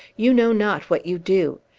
you know not what you do!